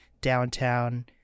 downtown